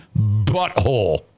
butthole